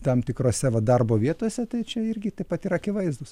tam tikrose vat darbo vietose tai čia irgi taip pat yra akivaizdūs